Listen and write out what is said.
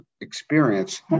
experience